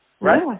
Right